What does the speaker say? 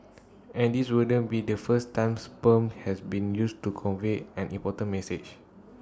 and this wouldn't be the first time sperm has been used to convey an important message